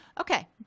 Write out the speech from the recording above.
okay